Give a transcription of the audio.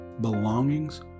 belongings